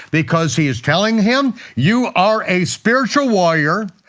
because he is telling him, you are a spiritual warrior.